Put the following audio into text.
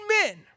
men